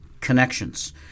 connections